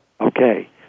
Okay